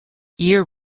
year